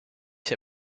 see